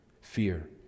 fear